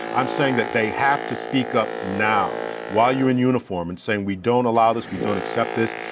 i'm saying that they have to speak up now while you're in uniform and saying we don't allow this, we don't accept this.